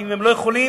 ואם הם לא יכולים,